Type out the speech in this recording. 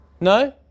no